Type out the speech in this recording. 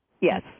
Yes